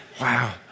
wow